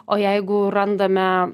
o jeigu randame